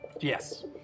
Yes